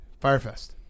Firefest